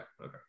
Okay